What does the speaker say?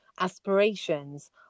aspirations